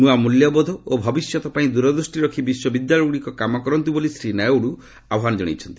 ନୂଆ ମୂଲ୍ୟବୋଧ ଓ ଭବିଷ୍ୟତ ପାଇଁ ଦୂରଦୃଷ୍ଟି ରଖି ବିଶ୍ୱବିଦ୍ୟାଳୟଗୁଡ଼ିକ କାମ କରନ୍ତୁ ବୋଲି ଶ୍ରୀ ନାଇଡୁ ଆହ୍ୱାନ ଜଣାଇଛନ୍ତି